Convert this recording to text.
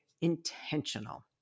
intentional